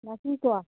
ৰাতিপুৱা